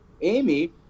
Amy